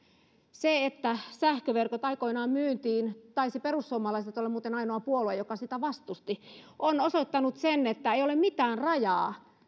se että sähköverkot aikoinaan myytiin taisi perussuomalaiset muuten olla ainoa puolue joka sitä vastusti on osoittanut sen että ei ole mitään rajaa